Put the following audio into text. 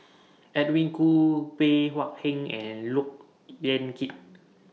Edwin Koo Bey Hua Heng and Look Yan Kit